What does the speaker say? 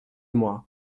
moi